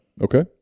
Okay